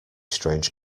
strange